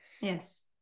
Yes